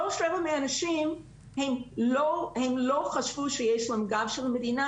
75% מהאנשים לא חשבו שיש להם גב של המדינה,